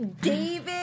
David